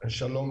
שלום,